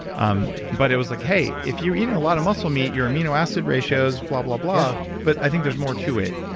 um but it was like, hey. if you're eating a lot of muscle meat, your amino acid ratios blah blah, blah. yeah but i think there's more to it.